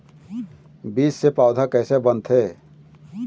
बीज से पौधा कैसे बनथे?